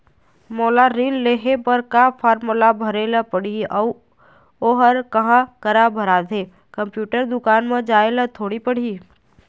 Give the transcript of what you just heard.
मोला ऋण लेहे बर का फार्म ला भरे ले पड़ही अऊ ओहर कहा करा भराथे, कंप्यूटर दुकान मा जाए ला थोड़ी पड़ही?